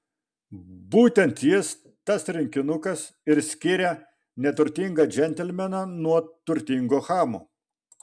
būtent jis tas rinkinukas ir skiria neturtingą džentelmeną nuo turtingo chamo